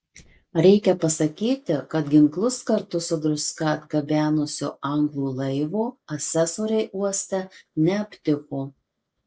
reikia pasakyti kad ginklus kartu su druska atgabenusio anglų laivo asesoriai uoste neaptiko